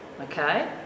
Okay